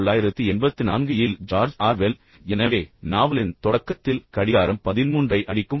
1984 இல் George Orwell எனவே நாவலின் தொடக்கத்தில் கடிகாரம் பதின்மூன்றை அடிக்கும்